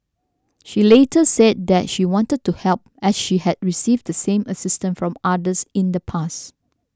she later said that she wanted to help as she had received the same assistance from others in the past